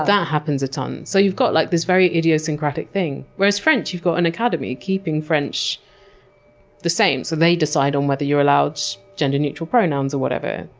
that happens a ton. so you've got like this very idiosyncratic thing. whereas french, you've got an academy keeping french the same. so they decide on whether you're allowed gender neutral pronouns or whatever.